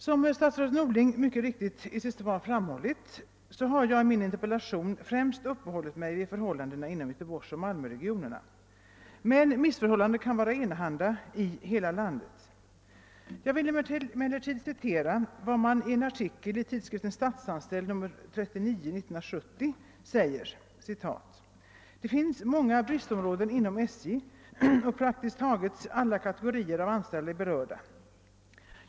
Som statsrådet Norling i sitt svar mycket riktigt framhållit, har jag i min interpellation främst uppehållit mig vid förhållandena inom :Göteborgsoch Malmöregionerna. Men missförhållandena kan vara enahanda i hela landet. Jag vill emellertid citera en artikel i tidskriften Statsanställd nr 39/70: »Det finns många bristområden inom SJ, och praktiskt taget alla kategorier av anställda är berörda.